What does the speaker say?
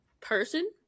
person